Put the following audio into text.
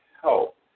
help